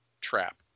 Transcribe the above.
trap